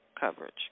coverage